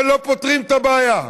ולא פותרים את הבעיה.